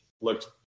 looked